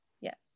Yes